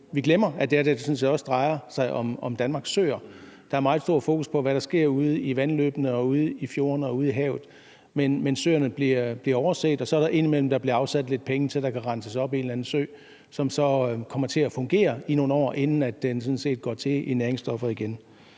glemmer vi, at det her sådan set også drejer sig om Danmarks søer. Der er et meget stort fokus på, hvad der sker ude i vandløbene, ude i fjordene og ude i havet, men søerne bliver overset. Så bliver der indimellem afsat lidt penge til, at der kan renses op i en eller anden sø, som så kommer til at fungere i nogle år, inden den sådan set går til i næringsstoffer igen.